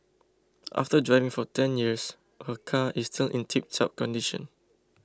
after driving for ten years her car is still in tiptop condition